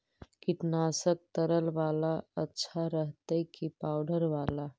कीटनाशक तरल बाला अच्छा रहतै कि पाउडर बाला?